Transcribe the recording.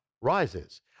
rises